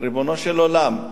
ריבונו של עולם,